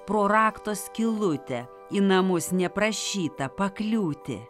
pro rakto skylutę į namus neprašyta pakliūti